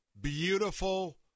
beautiful